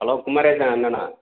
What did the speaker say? hello Kumaresan அண்ணனா